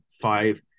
five